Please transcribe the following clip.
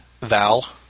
Val